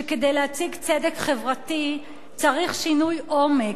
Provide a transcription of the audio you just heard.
שכדי להציג צדק חברתי צריך שינוי עומק,